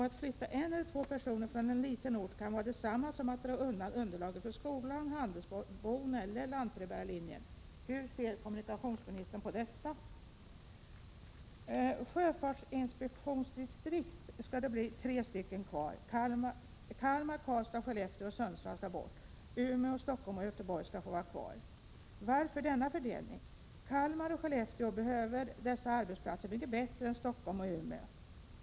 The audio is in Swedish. Att flytta en eller två personer från en liten ort kan vara detsamma som att dra undan underlaget för skolan, handelsboden eller lantbrevbärarlinjen. Hur ser kommunikationsministern på detta? Av sju sjöfartsinspektionsdistrikt skall det bli tre kvar. Kalmar, Karlstad, Skellefteå och Sundsvall skall bort. Umeå, Stockholm och Göteborg skall få vara kvar. Varför denna fördelning? Kalmar och Skellefteå behöver dessa arbetsplatser mycket bättre än Stockholm och Umeå.